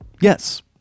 Yes